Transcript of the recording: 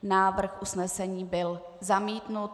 Návrh usnesení byl zamítnut.